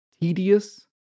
tedious